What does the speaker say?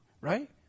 right